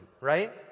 right